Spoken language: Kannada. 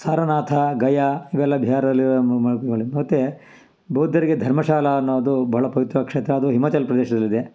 ಸಾರನಾಥ ಗಯಾ ಇವೆಲ್ಲ ಬಿಹಾರದಲ್ಲಿರುವ ಮತ್ತು ಬೌದ್ಧರಿಗೆ ಧರ್ಮಶಾಲಾ ಅನ್ನೋದು ಭಾಳ ಪವಿತ್ರವಾದ ಕ್ಷೇತ್ರ ಅದು ಹಿಮಾಚಲ ಪ್ರದೇಶದಲ್ಲಿದೆ